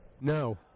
no